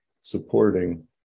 supporting